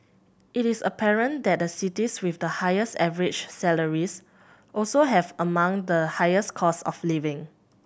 it is apparent that the cities with the highest average salaries also have among the highest cost of living